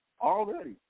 Already